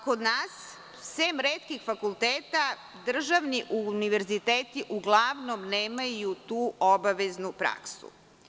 Kod nas, sem retkih fakulteta, državni univerziteti uglavnom nemaju tu obaveznu praksu.